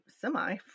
semi